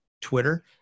Twitter